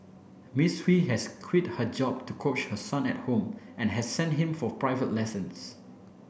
Miss Hui has quit her job to coach her son at home and has sent him for private lessons